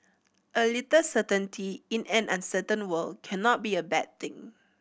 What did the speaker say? a little certainty in an uncertain world cannot be a bad thing